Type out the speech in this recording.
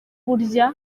burya